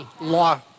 law